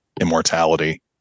immortality